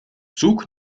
zoek